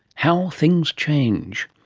how things change.